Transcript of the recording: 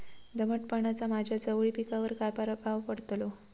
दमटपणाचा माझ्या चवळी पिकावर काय प्रभाव पडतलो?